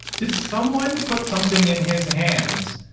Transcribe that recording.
did someone put something in his hands,